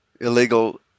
illegal